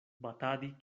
batadi